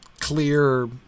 clear